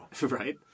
Right